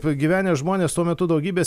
pagyvenę žmonės tuo metu daugybės